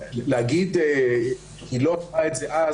להגיד שהיא לא אמרה את זה אז,